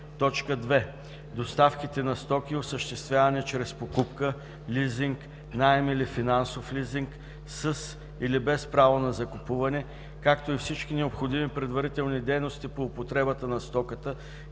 строеж; 2. доставките на стоки, осъществявани чрез покупка, лизинг, наем или финансов лизинг, със или без право на закупуване, както и всички необходими предварителни дейности по употребата на стоката,